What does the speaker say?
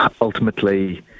ultimately